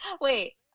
Wait